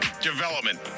development